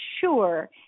sure